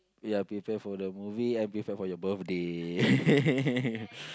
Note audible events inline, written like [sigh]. ya prepare for the movie and prepare for your birthday [laughs]